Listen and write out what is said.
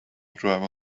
driver